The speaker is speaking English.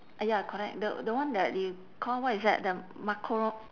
ya correct the the one that you call what is that the macaro~